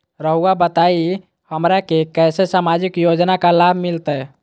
रहुआ बताइए हमरा के कैसे सामाजिक योजना का लाभ मिलते?